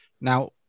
now